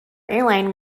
airline